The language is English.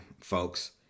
folks